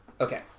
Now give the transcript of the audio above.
Okay